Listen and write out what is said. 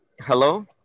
hello